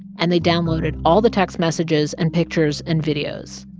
and they downloaded all the text messages and pictures and videos.